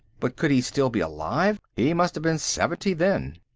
but could he still be alive? he must have been seventy, then.